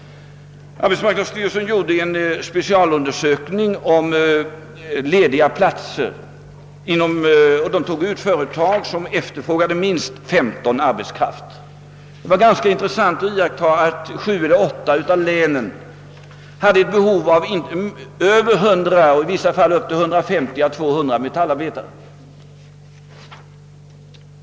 Arbetsmarknadsstyrelsen gjorde en specialundersökning beträffande lediga platser och tog därvid ut företag som efterfrågade minst 15 arbetare. Det var ganska intressant att konstatera att sju eller åtta av länen hade behov av över 100 och i vissa fall 150 å 200 metallarbetare.